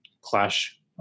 Clash